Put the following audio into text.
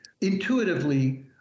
intuitively